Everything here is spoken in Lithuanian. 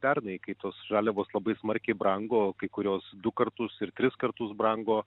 pernai kai tos žaliavos labai smarkiai brango o kai kurios du kartus ir tris kartus brango